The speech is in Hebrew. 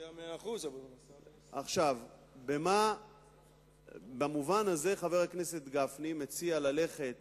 100%, אבל, במובן הזה, חבר הכנסת גפני מציע ללכת